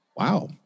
Wow